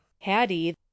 hattie